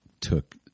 took